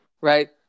right